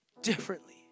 differently